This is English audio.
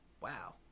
Wow